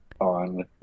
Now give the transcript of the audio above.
on